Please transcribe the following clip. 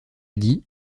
dit